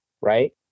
right